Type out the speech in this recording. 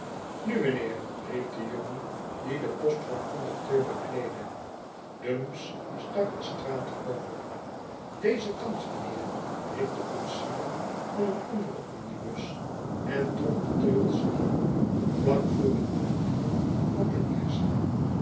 nu meneer riep de jongen die den post van conducteur bekleedde dumps stak de straat over dezen kant mijnheer riep de koetsier van een anderen omnibus en trok de teugels in vlak voor het portier van den eersten